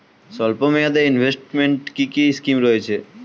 স্বল্পমেয়াদে এ ইনভেস্টমেন্ট কি কী স্কীম রয়েছে?